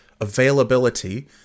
availability